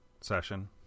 session